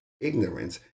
ignorance